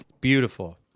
beautiful